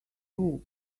too